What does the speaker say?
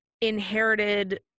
inherited